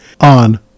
on